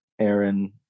Aaron